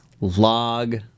log